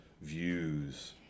views